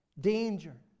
danger